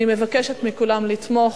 אני מבקשת מכולם לתמוך.